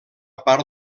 part